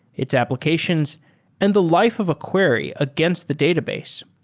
its applications and the life of a query against the database.